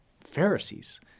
Pharisees